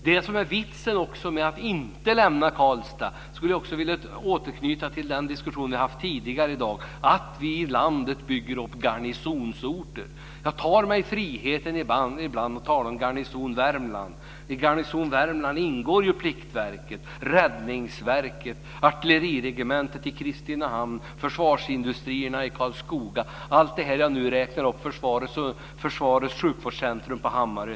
För att beskriva vitsen med att inte lämna Karlstad vill jag återknyta till den tidigare diskussionen i dag, dvs. att vi i landet bygger upp garnisonsorter. Jag tar mig ibland friheten att tala om garnison Värmland.